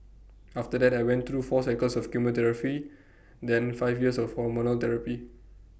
after that I went through four cycles of chemotherapy then five years of hormonal therapy